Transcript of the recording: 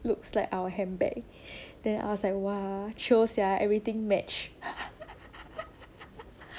looks like our handbag then I was like !wah! chio sia everything match